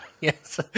Yes